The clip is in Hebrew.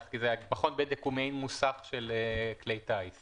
ובלבד שבטיסה יהיו רק ספורטאים מקצועיים או מלוויהם הנדרשים לשם השתתפות